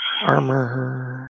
Armor